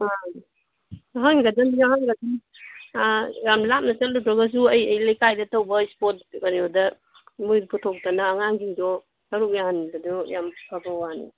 ꯑꯥ ꯌꯥꯎꯍꯟꯒꯗꯝꯅꯤ ꯌꯥꯎꯍꯟꯒꯗꯝꯅꯤ ꯌꯥꯝ ꯂꯥꯞꯅ ꯆꯠꯂꯨꯗ꯭ꯔꯒꯁꯨ ꯑꯩ ꯑꯩ ꯂꯩꯀꯥꯏꯗ ꯇꯧꯕ ꯁ꯭ꯄꯣꯔꯠ ꯀꯩꯅꯣꯗ ꯃꯣꯏ ꯄꯨꯊꯣꯛꯇꯅ ꯑꯉꯥꯡꯁꯤꯡꯗꯣ ꯁꯔꯨꯛ ꯌꯥꯍꯟꯕꯗꯣ ꯌꯥꯝ ꯐꯕ ꯋꯥꯅꯤ